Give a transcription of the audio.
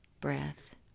breath